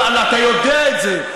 אני לא, ואתה יודע את זה.